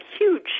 huge